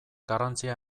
garrantzia